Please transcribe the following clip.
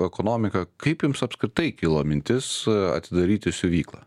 ekonomiką kaip jums apskritai kilo mintis atidaryti siuvyklą